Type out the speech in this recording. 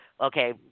okay